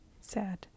sad